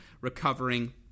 recovering